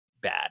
bad